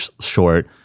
short